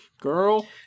Girl